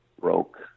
broke